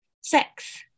sex